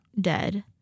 dead